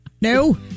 No